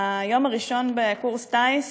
ביום הראשון בקורס טיס,